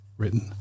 written